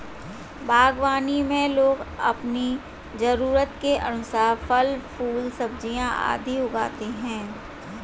बागवानी में लोग अपनी जरूरत के अनुसार फल, फूल, सब्जियां आदि उगाते हैं